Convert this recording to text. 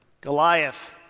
Goliath